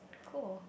cool